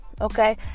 okay